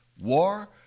War